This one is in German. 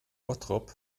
bottrop